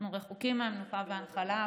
אנחנו רחוקים מהמנוחה והנחלה,